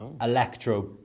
electro